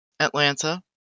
Atlanta